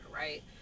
right